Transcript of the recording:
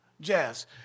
jazz